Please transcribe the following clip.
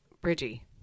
Bridgie